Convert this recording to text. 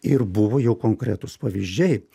ir buvo jo konkretūs pavyzdžiai